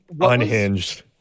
unhinged